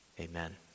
Amen